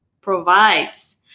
provides